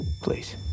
Please